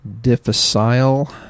difficile